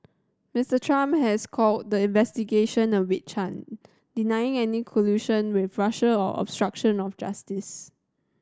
Mister Trump has called the investigation a witch hunt denying any collusion with Russia or obstruction of justice